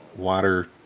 water